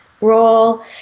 role